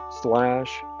slash